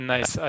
Nice